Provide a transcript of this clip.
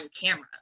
camera